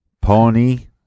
pony